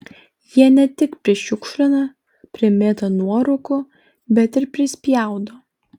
jie ne tik prišiukšlina primėto nuorūkų bet ir prispjaudo